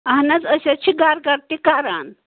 اہن حظ أسۍ حظ چھِ گَر گَر تہِ کَران